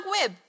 web